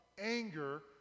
anger